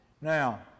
Now